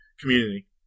community